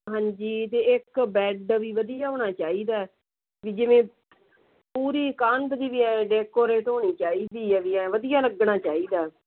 ਹਾਂਜੀ ਅਤੇ ਇੱਕ ਬੈੱਡ ਵੀ ਵਧੀਆ ਹੋਣਾ ਚਾਹੀਦਾ ਵੀ ਜਿਵੇਂ ਪੂਰੀ ਕੰਧ ਵੀ ਡੈਕੋਰੇਟ ਹੋਣੀ ਚਾਹੀਦੀ ਹੈ ਬਈ ਵੀ ਐਂਉਂ ਵਧੀਆ ਲੱਗਣਾ ਚਾਹੀਦਾ